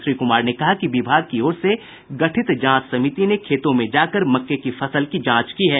श्री कुमार ने कहा कि विभाग की ओर से गठित जांच समिति ने खेतों में जाकर मक्के की फसल की जांच की है